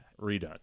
redone